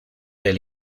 del